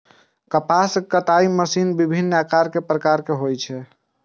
कपास कताइ मशीन विभिन्न आकार प्रकारक होइ छै